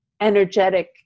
energetic